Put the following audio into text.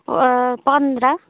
पन्ध्र